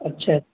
اچھا